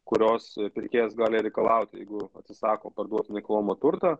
kurios pirkėjas gali reikalauti jeigu atsisako parduoti nekilnojamą turtą